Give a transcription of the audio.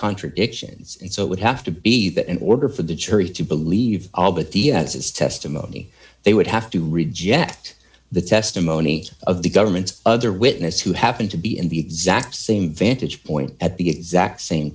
contradictions and so it would have to be that in order for the church to believe all but the s's testimony they would have to reject the testimony of the government's other witness who happened to be in the exact same vantage point at the exact same